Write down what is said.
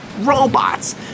Robots